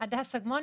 הדס אגמון,